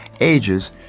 ages